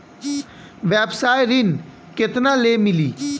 व्यवसाय ऋण केतना ले मिली?